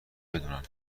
بدونن